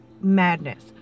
madness